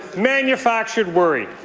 manufactured worry.